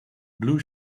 blue